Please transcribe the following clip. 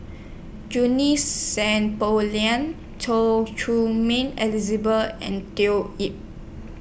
Junie Sng Poh Leng Choy Ming Elizabeth and Yip